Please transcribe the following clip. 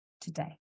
today